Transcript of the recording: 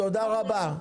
תודה רבה.